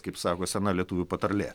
kaip sako sena lietuvių patarlė